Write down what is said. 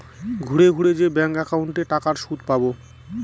ঘুরে ঘুরে যে ব্যাঙ্ক একাউন্টে টাকার সুদ পাবো